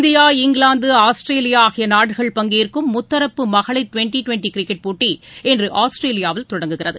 India England ஆஸ்திரேலியாஆகியநாடுகள் பங்கேற்கும் முத்தரப்பு மகளிர் டிவெண்டிடிவெண்டிகிரிக்கெட் போட்டி இன்று ஆஸ்திரேலியாவில் தொடங்குகிறது